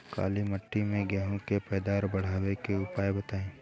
काली मिट्टी में गेहूँ के पैदावार बढ़ावे के उपाय बताई?